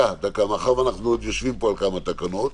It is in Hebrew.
מאחר שאנחנו עוד יושבים פה על כמה תקנות,